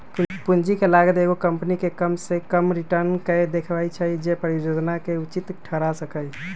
पूंजी के लागत एगो कंपनी के कम से कम रिटर्न के देखबै छै जे परिजोजना के उचित ठहरा सकइ